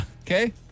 Okay